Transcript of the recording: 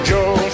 Joe